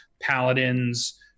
paladins